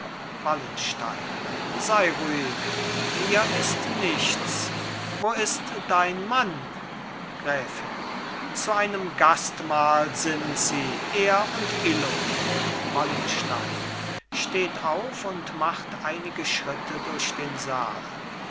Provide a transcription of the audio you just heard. wallenstein sei ruhig mir ist nichts wo ist dein mann gräfin zu einem gastmahl sind sie er und illo wallenstein steht auf und macht einige schritte durch den saal